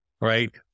right